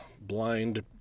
blind